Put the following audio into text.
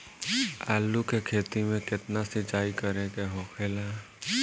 आलू के खेती में केतना सिंचाई करे के होखेला?